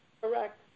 Correct